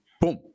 boom